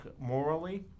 morally